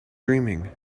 dreaming